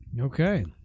Okay